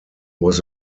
was